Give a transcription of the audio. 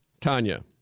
Tanya